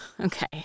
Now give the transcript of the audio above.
Okay